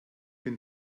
bin